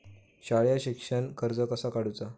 शालेय शिक्षणाक कर्ज कसा काढूचा?